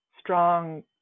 strong